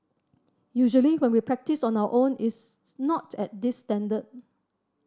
usually when we practise on our own it's not at this standard